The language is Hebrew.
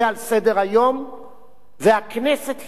והכנסת היא הגוף הריבוני במדינת ישראל,